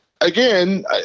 again